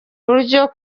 buryo